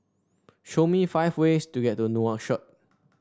show me five ways to get to Nouakchott